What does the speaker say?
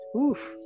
Oof